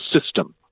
system